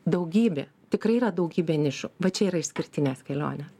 daugybė tikrai yra daugybė nišų va čia yra išskirtinės kelionė